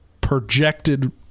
projected